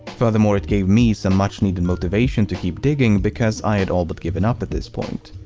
furthermore, it gave me some much-needed motivation to keep digging because i had all but given up at this point.